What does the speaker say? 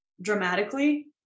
dramatically